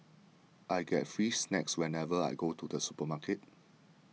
I get free snacks whenever I go to the supermarket